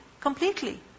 completely